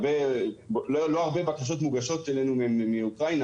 לא הרבה בקשות מוגשות אלינו מאוקראינה,